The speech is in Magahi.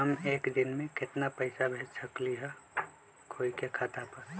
हम एक दिन में केतना पैसा भेज सकली ह कोई के खाता पर?